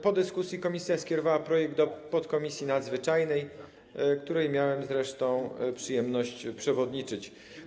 Po dyskusji komisja skierowała projekt do podkomisji nadzwyczajnej, której miałem przyjemność przewodniczyć.